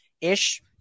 ish